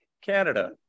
Canada